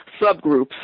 subgroups